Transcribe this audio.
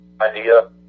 idea